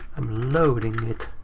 um loading it.